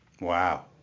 Wow